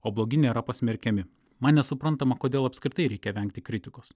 o blogi nėra pasmerkiami man nesuprantama kodėl apskritai reikia vengti kritikos